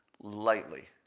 lightly